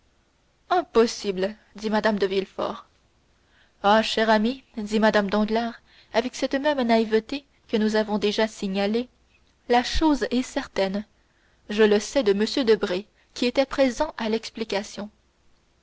impossible dit mme de villefort ah chère amie dit mme danglars avec cette même naïveté que nous avons déjà signalée la chose est certaine je le sais de m debray qui était présent à l'explication